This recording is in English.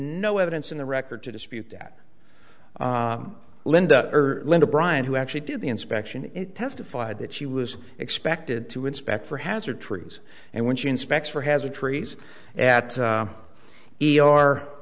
no evidence in the record to dispute that linda linda bryant who actually did the inspection testified that she was expected to inspect for hazard trues and when she inspects for hazard trees at